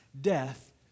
death